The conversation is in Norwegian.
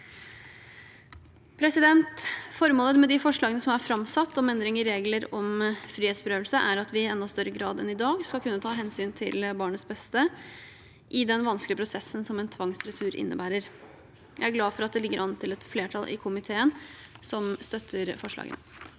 Formålet med det forslaget som er framsatt om endring i regler om frihetsberøvelse, er at vi i enda større grad enn i dag skal kunne ta hensyn til barnets beste i den vanskelige prosessen som en tvangsretur innebærer. Jeg er glad for at det ligger an til at et flertall i komiteen vil støtte forslaget.